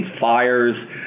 fires